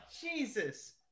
Jesus